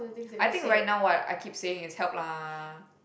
I think right now what I keep saying is help lah